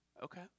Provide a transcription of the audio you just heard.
Okay